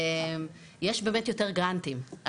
יש באמת יותר גרנטים,